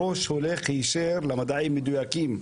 הראש הולך היישר למדעים מדויקים,